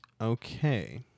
Okay